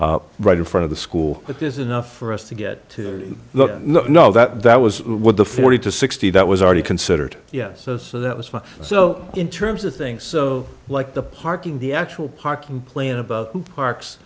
right in front of the school that is enough for us to get to know that that was what the forty to sixty that was already considered yes so that was fun so in terms of things so like the parking the actual parking play in parks